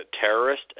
terrorist